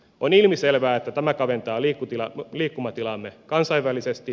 on ilmiselvää että tämä kaventaa liikkumatilaamme kansainvälisesti